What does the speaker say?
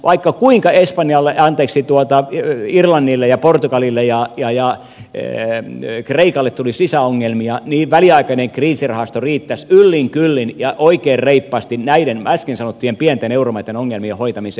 vaikka kuinka irlannille ja portugalille ja kreikalle tulisi lisäongelmia niin väliaikainen kriisirahasto riittäisi yllin kyllin ja oikein reippaasti näiden äsken sanottujen pienten euromaitten ongelmien hoitamiseen